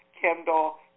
kindle